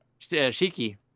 Shiki